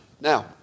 Now